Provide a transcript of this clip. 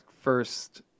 first